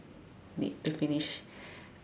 need to finish